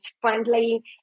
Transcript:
friendly